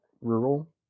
Rural